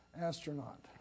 astronaut